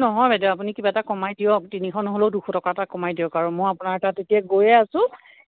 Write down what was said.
নহয় বাইদেউ আপুনি কিবা এটা কমাই দিয়ক তিনিশ নহ'লেও দুশ টকা এটা কমাই দিয়ক আৰু মই আপোনাৰ তাত এতিয়া গৈয়ে আছোঁ